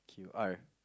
you are